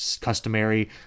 customary